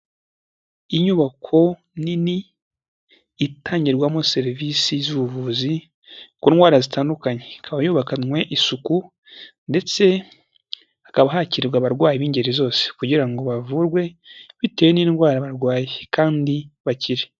Inyubako nini itangirwamo service z'ubuvuzi ku ndwara zitandukanye, ikaba yubakanwe isuku ndetse hakaba hakirirwa abarwayi b'ingeri zose kugira ngo bavurwe bitewe n'indwara barwaye kandi bakire.